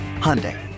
Hyundai